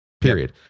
period